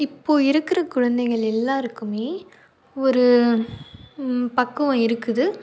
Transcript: இப்போது இருக்கிற குழந்தைகள் எல்லோருக்குமே ஒரு பக்குவம் இருக்குது